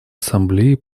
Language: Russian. ассамблеи